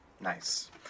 Nice